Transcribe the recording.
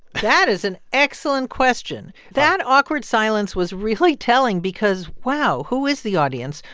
that is an excellent question. that awkward silence was really telling because, wow, who is the audience?